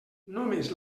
només